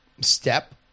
step